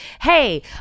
Hey